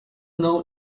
know